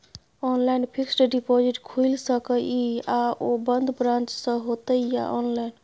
Online fixed deposit खुईल सके इ आ ओ बन्द ब्रांच स होतै या ऑनलाइन?